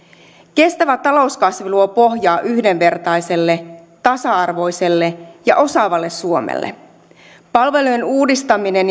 kestävä talouskasvu luo pohjaa yhdenvertaiselle tasa arvoiselle ja osaavalle suomelle palvelujen uudistaminen